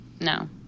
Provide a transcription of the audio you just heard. No